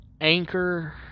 Anchor